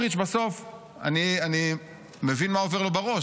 בסוף אני מבין מה עובר לסמוטריץ' בראש,